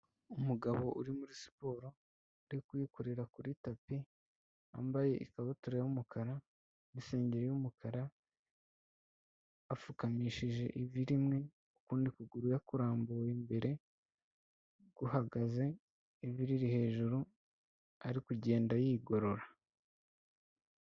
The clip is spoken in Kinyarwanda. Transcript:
Umugabo uri muri siporo uri kuyikorera kuri tapi, yambaye ikabutura y'umukara, isengeri y'umukara, apfukamishije ivi rimwe, ukundi kuguru yakurambuye imbere guhagaze, ivi riri hejuru ari kugenda yigorora.